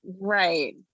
Right